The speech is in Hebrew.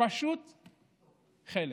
פשוט חלם.